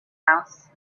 house